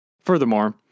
Furthermore